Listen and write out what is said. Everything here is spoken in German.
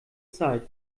zeit